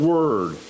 Word